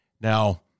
Now